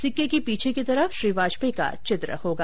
सिक्के के पीछे की तरफ श्री वाजपेयी का चित्र होगा